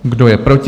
Kdo je proti?